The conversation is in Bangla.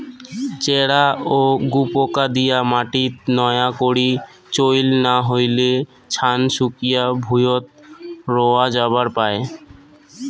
চ্যারা ও গুপোকা দিয়া মাটিত নয়া করি চইল না হইলে, ছান শুকিয়া ভুঁইয়ত রয়া যাবার পায়